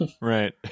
right